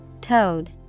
Toad